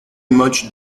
much